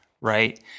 right